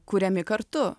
kuriami kartu